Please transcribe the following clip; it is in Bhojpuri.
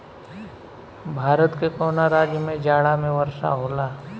भारत के कवना राज्य में जाड़ा में वर्षा होला?